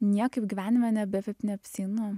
niekaip gyvenime nebeap neapsieinu